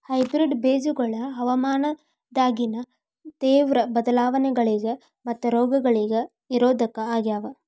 hybrid ಬೇಜಗೊಳ ಹವಾಮಾನದಾಗಿನ ತೇವ್ರ ಬದಲಾವಣೆಗಳಿಗ ಮತ್ತು ರೋಗಗಳಿಗ ನಿರೋಧಕ ಆಗ್ಯಾವ